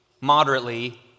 moderately